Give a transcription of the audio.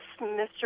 Mr